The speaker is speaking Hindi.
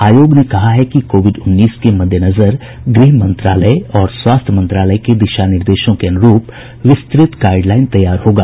आयोग ने कहा है कि कोविड उन्नीस के मद्देनजर गृह मंत्रालय और स्वास्थ्य मंत्रालय के दिशा निर्देशों के अनुरूप विस्तृत गाईडलाईन तैयार होगा